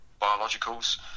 biologicals